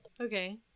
Okay